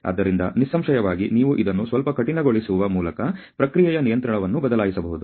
ಆದ್ದರಿಂದ ನಿಸ್ಸಂಶಯವಾಗಿ ನೀವು ಇದನ್ನು ಸ್ವಲ್ಪ ಕಠಿಣಗೊಳಿಸುವ ಮೂಲಕ ಪ್ರಕ್ರಿಯೆಯ ನಿಯಂತ್ರಣವನ್ನು ಬದಲಾಯಿಸಬಹುದು